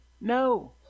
No